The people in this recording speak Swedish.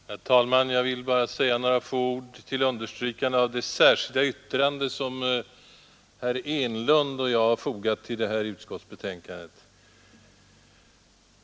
Herr talman! Jag vill bara säga några få ord till understrykande av det särskilda yttrande som herr Enlund och jag fogat till det här utskottsbetänkandet.